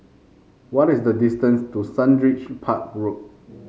what is the distance to Sundridge Park Road